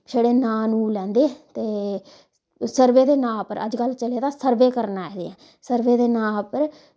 छड़े नांऽ नूं लैंदे ते सर्वे दे नांऽ उप्पर अजकल चले दा सर्वे करन आए दे ऐं सर्वे दे नांऽ उप्पर